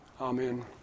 Amen